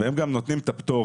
והם גם נותנים את הפטורים.